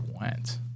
went